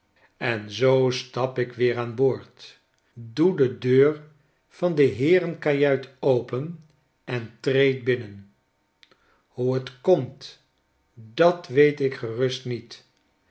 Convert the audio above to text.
en zoo stap ik weer aan boord doe de deur van de heerenkajuit open en treed binnen hoe het komt dat weet ik gerust niet